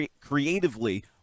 creatively